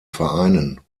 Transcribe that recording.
vereinen